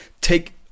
take